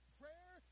prayer